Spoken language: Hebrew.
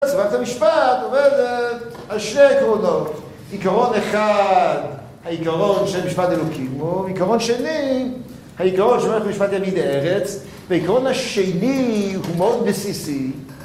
אז מערכת המשפט עובדת על שני עקרונות. עיקרון אחד, העיקרון של ״משפט אלוקים בו״. עיקרון שני, העיקרון של ״משפט ימין ארץ״, והעיקרון השני הוא מאוד בסיסי